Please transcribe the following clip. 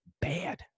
bad